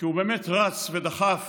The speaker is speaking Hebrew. כי הוא באמת רץ ודחף